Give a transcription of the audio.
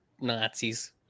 Nazis